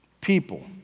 People